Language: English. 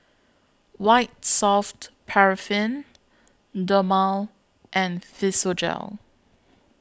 White Soft Paraffin Dermale and Physiogel